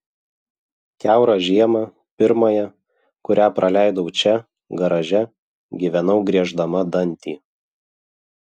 kiaurą žiemą pirmąją kurią praleidau čia garaže gyvenau grieždama dantį